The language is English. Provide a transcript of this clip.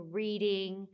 reading